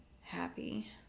happy